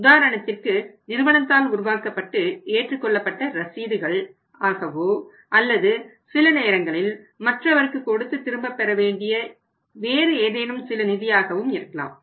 உதாரணத்திற்கு நிறுவனத்தால் உருவாக்கப்பட்டு ஏற்றுக்கொள்ளப்பட்ட ரசீதுகள் ஆகவோ அல்லது சில நேரங்களில் மற்றவருக்கு கொடுத்து திரும்பப் பெற வேண்டிய வேறு ஏதேனும் சில நிதியாகவும் இருக்கலாம்